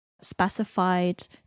specified